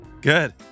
Good